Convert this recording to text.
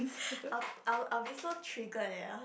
I'll I'll I'll before trigger it else